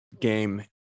game